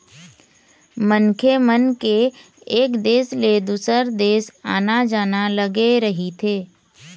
मनखे मन के एक देश ले दुसर देश आना जाना लगे रहिथे